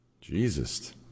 Jesus